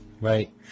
Right